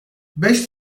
beş